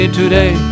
today